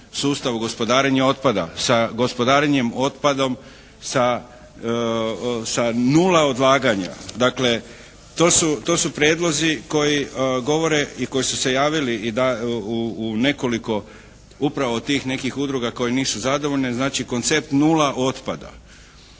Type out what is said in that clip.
sa gospodarenjem otpadom sa nula odlaganja. Dakle, to su prijedlozi koji govore i koji su se javili u nekoliko upravo tih nekih udruga koje nisu zadovoljne. Znači, koncept nula otpada.